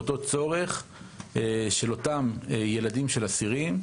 באותו צורך של אותם ילדים של אסירים.